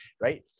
Right